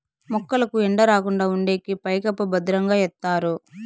మొక్కలకు ఎండ రాకుండా ఉండేకి పైకప్పు భద్రంగా ఎత్తారు